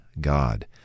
God